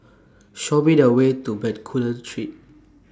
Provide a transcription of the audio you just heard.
Show Me The Way to Bencoolen Street